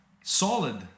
Solid